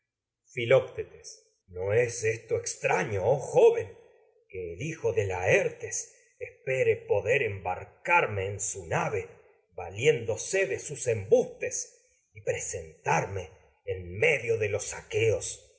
filoctetes no es esto extraño oh joven que el hijo de laertes de sus espere poder embarcarme y en su nave valiéndose los embustes que a presentarme yo en medio de aqueos